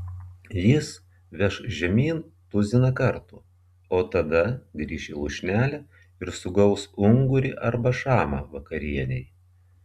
jis veš žemyn tuziną kartų o tada grįš į lūšnelę ir sugaus ungurį arba šamą vakarienei